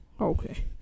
Okay